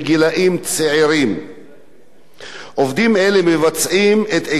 עובדים אלה מבצעים את עיקר עבודתם בתנאים קשים במיוחד,